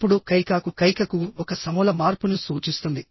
ఇప్పుడు కైకాకు ఒక సమూల మార్పును సూచిస్తుంది